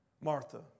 Martha